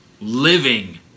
living